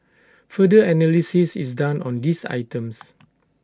further analysis is done on these items